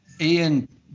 Ian